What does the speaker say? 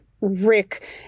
Rick